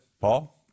Paul